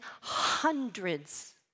hundreds